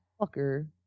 fucker